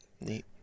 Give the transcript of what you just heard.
Neat